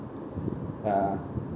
uh